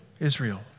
Israel